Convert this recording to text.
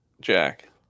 Jack